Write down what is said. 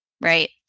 right